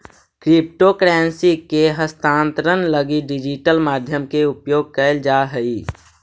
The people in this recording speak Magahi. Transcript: क्रिप्टो करेंसी के हस्तांतरण लगी डिजिटल माध्यम के उपयोग कैल जा हइ